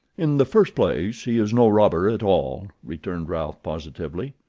in the first place, he is no robber at all, returned ralph, positively.